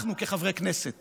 אנחנו כחברי כנסת